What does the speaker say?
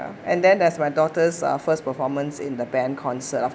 and then that's my daughter's uh first performance in the band concert of